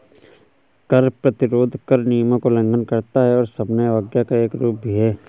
कर प्रतिरोध कर नियमों का उल्लंघन करता है और सविनय अवज्ञा का एक रूप भी है